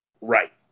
right